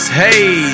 hey